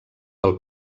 del